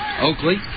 Oakley